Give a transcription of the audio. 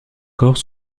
corps